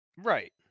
Right